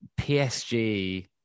PSG